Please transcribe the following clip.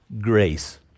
grace